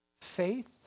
Faith